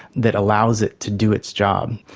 that allows it to do its job.